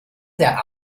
der